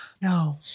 no